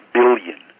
billion